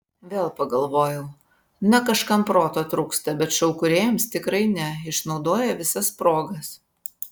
vėl pagalvojau na kažkam proto trūksta bet šou kūrėjams tikrai ne išnaudoja visas progas